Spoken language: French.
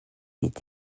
est